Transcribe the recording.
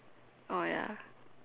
oh ya